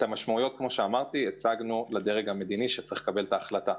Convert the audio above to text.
את המשמעויות הצגנו לדרג המדיני שצריך לקבל את ההחלטה.